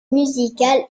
musicale